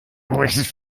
großes